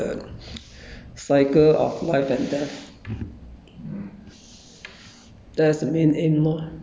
which is to cut off the cycle of life and death